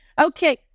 Okay